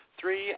three